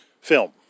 film